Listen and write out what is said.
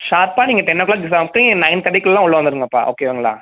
ஷார்ப்பா நீங்கள் ten o'clock எக்ஸாம்க்கு நீங்கள் நையன் தேர்ட்டிக்குலாம் உள்ள வந்துடுங்கப்பா ஓகேங்களா